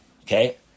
Okay